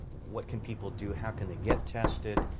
what can people do? how can they get tested?